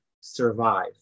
survive